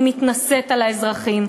היא מתנשאת על האזרחים.